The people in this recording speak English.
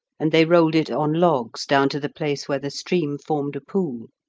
and they rolled it on logs down to the place where the stream formed a pool.